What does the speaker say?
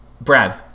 Brad